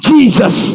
Jesus